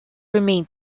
remained